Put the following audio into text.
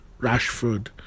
rashford